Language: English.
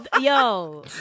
yo